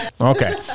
Okay